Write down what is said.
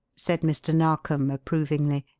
said mr. narkom approvingly.